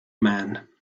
man